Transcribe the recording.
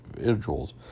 individuals